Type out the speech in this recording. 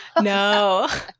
no